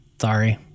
Sorry